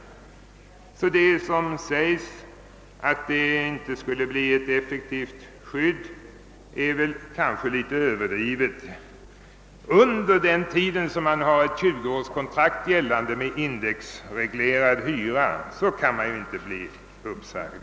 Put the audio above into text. Vad som sägs om att det inte skulle bli ett effektivt skydd är nog överdrivet. Under den tid då man har ett 20-årskontrakt gällande med indexreglerad hyra kan man i alla fall inte bli uppsagd.